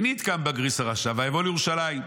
שנית קם בגריס הרשע, ויבוא לירושלים".